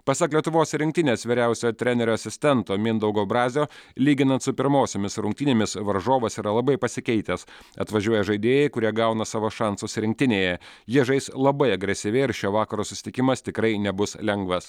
pasak lietuvos rinktinės vyriausiojo trenerio asistento mindaugo brazio lyginant su pirmosiomis rungtynėmis varžovas yra labai pasikeitęs atvažiuoja žaidėjai kurie gauna savo šansus rinktinėje jie žais labai agresyviai ir šio vakaro susitikimas tikrai nebus lengvas